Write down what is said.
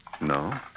No